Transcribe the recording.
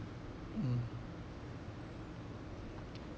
mm